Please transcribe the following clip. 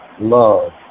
love